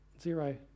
zero